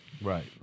Right